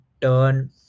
turn